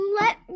Let